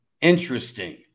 interesting